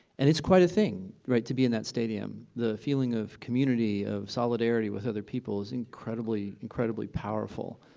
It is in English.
and it's quite a thing, right, to be in that stadium. the feeling of community, of solidarity with other people is incredibly, incredibly powerful.